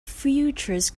futures